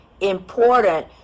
important